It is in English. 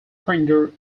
printer